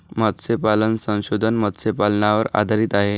मत्स्यपालन संशोधन मत्स्यपालनावर आधारित आहे